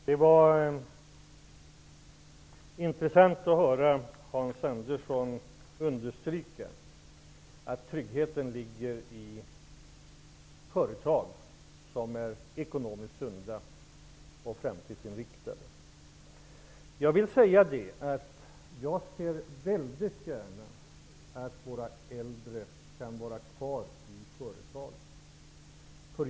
Det var intressant att höra Hans Andersson understryka att tryggheten ligger i företag som är ekonomiskt sunda och framtidsinriktade. Jag ser mycket gärna att våra äldre kan vara kvar i företagen.